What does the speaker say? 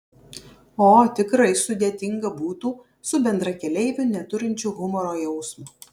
o tikrai sudėtinga būtų su bendrakeleiviu neturinčiu humoro jausmo